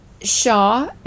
Shaw